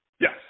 Yes